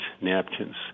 napkins